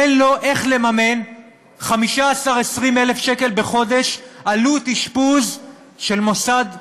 אין לו איך לממן 15,000 20,000 שקל בחודש עלות אשפוז של מוסד סיעודי,